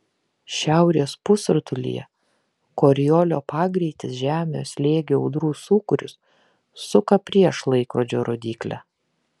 šiaurės pusrutulyje koriolio pagreitis žemo slėgio audrų sūkurius suka prieš laikrodžio rodyklę